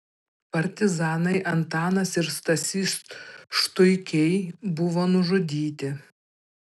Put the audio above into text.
partizanai antanas ir stasys štuikiai buvo nužudyti